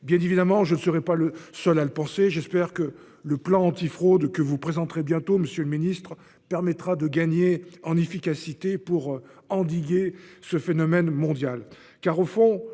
Bien évidemment, je ne suis pas le seul à le penser : j'espère que le plan antifraude que vous présenterez bientôt, monsieur le ministre, permettra de gagner en efficacité pour endiguer ce phénomène mondial.